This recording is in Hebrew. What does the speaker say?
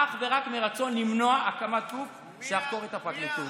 אך ורק מרצון למנוע הקמת גוף שיחקור את הפרקליטות.